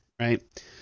right